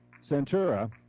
Centura